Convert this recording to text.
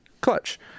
clutch